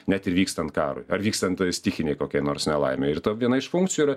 net ir vykstant karui ar vykstant stichinei kokiai nors nelaimei ir ta viena iš funkcijų yra